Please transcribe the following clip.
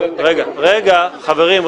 חברים.